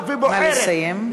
נא לסיים.